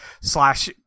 slash